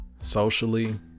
socially